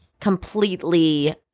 completely